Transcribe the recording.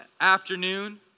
afternoon